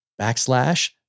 backslash